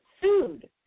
sued